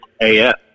AF